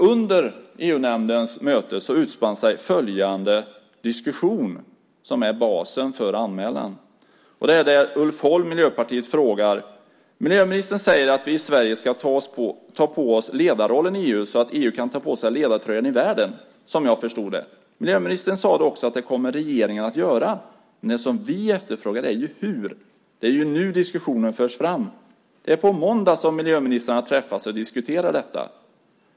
Under EU-nämndens möte utspann sig följande diskussion, som är basen för anmälan. Ulf Holm från Miljöpartiet säger: "Miljöministern säger att vi i Sverige ska ta på oss ledarrollen i EU så att EU kan ta på sig ledartröjan i världen, som jag förstod det. Miljöministern sade också att det kommer regeringen att göra. Men det som vi efterfrågar är ju hur. Det är ju nu diskussionen förs fram. Det är på måndag som miljöministrarna träffas och diskuterar detta.